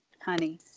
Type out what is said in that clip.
honey